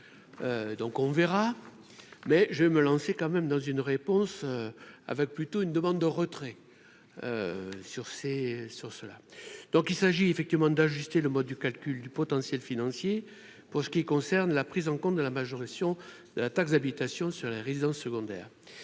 donc on verra, mais je me lancer quand même dans une réponse avec plutôt une demande de retrait. Sur ces sur cela, donc il s'agit effectivement d'ajuster le mode de calcul du potentiel financier pour ce qui concerne la prise en compte de la majoration de la taxe d'habitation sur les résidences secondaires,